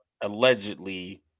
allegedly